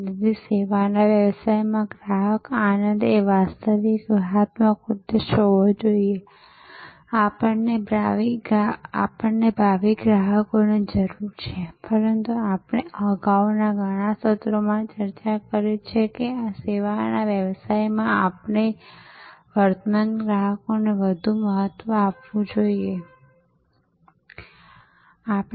તેથી જો તમે નવા ગ્રાહકોના તેમના વાર્ષિક સંપાદન પર નજર નાખો તો એવું કહેવાય છે કે 80 ટકા કે તેથી વધુ ગ્રાહકો વાસ્તવમાં હાલના ગ્રાહકોના ઓળખાણ દ્વારા આવે છે અથવા વર્તમાન ગ્રાહકો દ્વારા રજૂ કરવામાં આવે છે